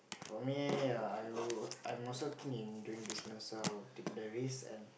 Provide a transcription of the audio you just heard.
for me ya I will I'm also keen in doing business so I would take the risk and